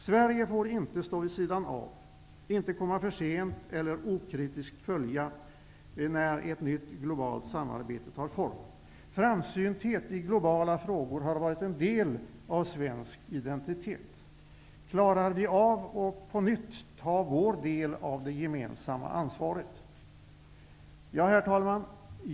Sverige får inte stå vid sidan av, inte komma för sent eller okritiskt följa när ett nytt globalt samarbete tar form. Framsynthet i globala frågor har varit en del av svensk identitet. Klarar vi av att på nytt ta vår del av det gemensamma ansvaret? Herr talman!